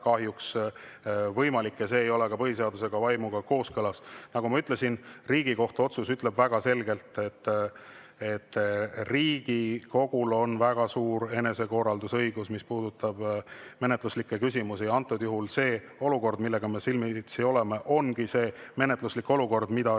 võimalik. Ja see ei ole põhiseaduse vaimuga kooskõlas. Nagu ma ütlesin, Riigikohtu otsus ütleb väga selgelt, et Riigikogul on väga suur enesekorraldusõigus, mis puudutab menetluslikke küsimusi. Antud juhul see olukord, millega me silmitsi oleme, ongi see menetluslik olukord, mida Riigikogu